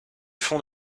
fond